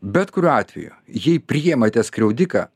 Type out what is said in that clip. bet kuriuo atveju jei priimate skriaudiką